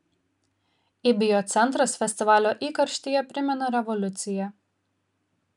ibio centras festivalio įkarštyje primena revoliuciją